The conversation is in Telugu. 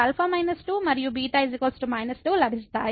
అయితే మనకు α 2 మరియు β −2 లభిస్తాయి